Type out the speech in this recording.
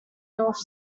north